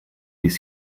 bis